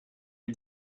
les